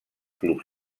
clubs